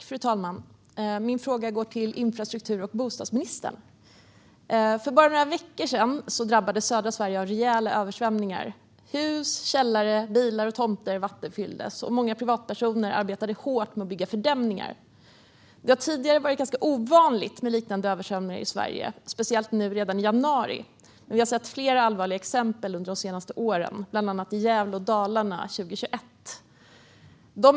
Fru talman! Min fråga går till infrastruktur och bostadsministern. För bara några veckor sedan drabbades södra Sverige av rejäla översvämningar. Hus, källare, bilar och tomter vattenfylldes, och många privatpersoner arbetade hårt med att bygga fördämningar. Det har tidigare varit ganska ovanligt med liknande översvämningar i Sverige, speciellt redan i januari, men vi har sett flera allvarliga exempel under de senaste åren, bland annat i Gävle och Dalarna 2021.